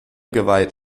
geweiht